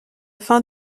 fin